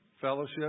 Fellowship